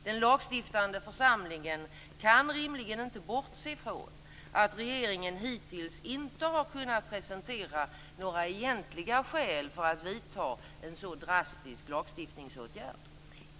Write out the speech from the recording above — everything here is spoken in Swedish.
Den lagstiftande församlingen kan rimligen inte bortse från att regeringen hittills inte har kunnat presentera några egentliga skäl för att vidta en så drastisk lagstiftningsåtgärd.